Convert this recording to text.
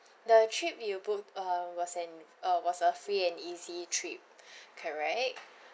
the trip you booked uh was an uh was a free and easy trip correct